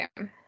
Okay